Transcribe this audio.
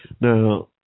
Now